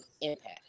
impact